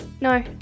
no